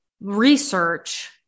research